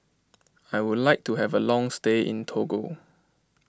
I would like to have a long stay in Togo